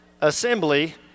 assembly